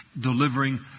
delivering